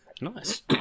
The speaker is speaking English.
Nice